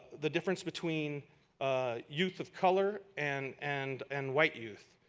the difference between ah youth of color and and and white youth.